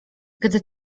gdy